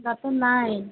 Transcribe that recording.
দাঁতৰ নাই